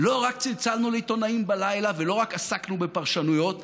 לא רק צלצלנו לעיתונאים בלילה ולא רק עסקנו בפרשנויות.